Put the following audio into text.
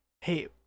hey